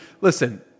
listen